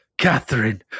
Catherine